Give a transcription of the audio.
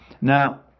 now